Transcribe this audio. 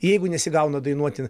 jeigu nesigauna dainuoti